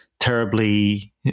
terribly